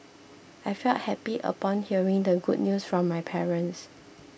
I felt happy upon hearing the good news from my parents